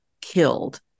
killed